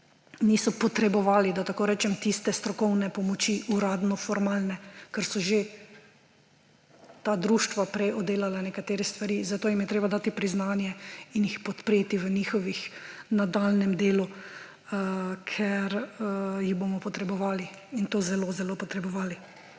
niso potrebovali, da tako rečem, tiste strokovne pomoči, uradno-formalne, ker so že ta društva prej oddelala nekatere stvari. Zato jim je treba dati priznanje in jih podpreti v njihovem nadaljnjem delu, ker jih bomo potrebovali, in to zelo zelo potrebovali.